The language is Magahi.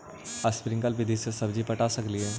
स्प्रिंकल विधि से सब्जी पटा सकली हे?